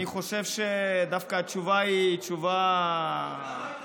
אני חושב שדווקא התשובה היא תשובה מספקת.